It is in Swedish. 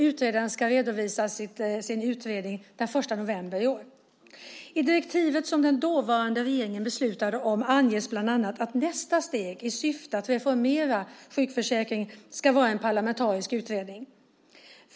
Utredaren ska redovisa sin utredning den 1 november i år. I direktivet, som den dåvarande regeringen beslutade om, anges bland annat att nästa steg i syfte att reformera sjukförsäkringen ska vara en parlamentarisk utredning.